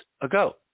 ago